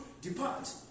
depart